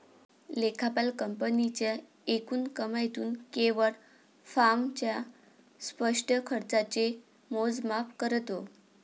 लेखापाल कंपनीच्या एकूण कमाईतून केवळ फर्मच्या स्पष्ट खर्चाचे मोजमाप करतो